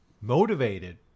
motivated